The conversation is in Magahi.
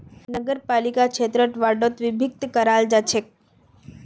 नगरपालिका क्षेत्रक वार्डोत विभक्त कराल जा छेक